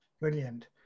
Brilliant